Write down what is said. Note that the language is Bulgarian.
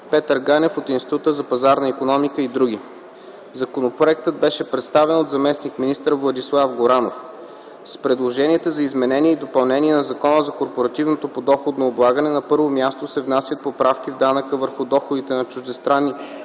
Петър Ганев от Института за пазарна икономика и др. Законопроектът беше представен от заместник-министър Владислав Горанов. С предложенията за изменение и допълнение на Закона за корпоративното подоходно облагане на първо място се внасят поправки в данъка върху доходите на чуждестранни